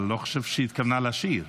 אבל לא חושב שהיא התכוונה לשיר.